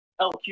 LQ